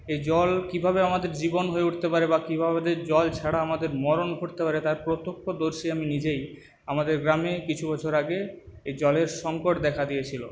এ জল কীভাবে আমাদের জীবন হয়ে উঠতে পারে বা কীভাবে জল ছাড়া আমাদের মরন ঘটতে পারে তার প্রত্যক্ষদর্শী আমি নিজেই আমাদের গ্রামে কিছু বছর আগে এই জলের সংকট দেখা দিয়েছিলো